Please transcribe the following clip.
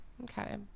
Okay